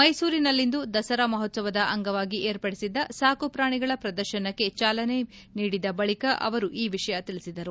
ಮೈಸೂರಿನಲ್ಲಿಂದು ದಸರಾ ಮಹೋತ್ಸವದ ಅಂಗವಾಗಿ ವಿರ್ಪಡಿಸಿದ್ದ ಸಾಕುಪ್ರಾಣಿಗಳ ಪದರ್ಶನಕ್ಕೆ ಚಾಲನೆ ನೀಡಿದ ಬಳಿಕ ಅವರು ಈ ವಿಷಯ ತಿಳಿಸಿದರು